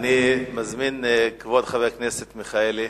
אני מזמין את כבוד חבר הכנסת מיכאלי.